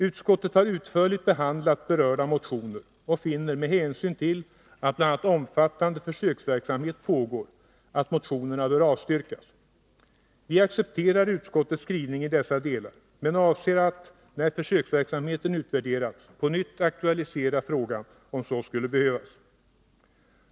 Utskottet har utförligt behandlat berörda motioner och finner, med hänsyn till att bl.a. omfattande försöksverksamhet pågår, att motionerna bör avstyrkas. Vi accepterar utskottets skrivning i dessa delar men avser att — när försöksverksamheten har utvärderats — på nytt aktualisera frågan om så skulle behövas.